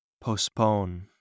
postpone